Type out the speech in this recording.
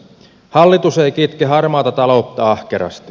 hallitus ei kitke harmaata taloutta ahkerasti